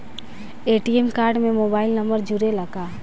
ATM card में mobile number जुरेला का?